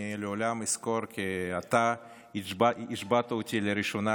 לעולם אזכור כי אתה השבעת אותי לראשונה